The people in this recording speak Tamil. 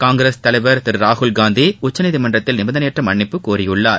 காங்கிரஸ் தலைவர் திருராகுல்காந்தி உச்சநீதிமன்றத்தில் நிபந்தனையற்ற மன்னிப்பு கோரியுள்ளார்